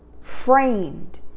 framed